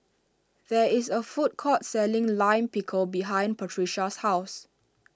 there is a food court selling Lime Pickle behind Patricia's house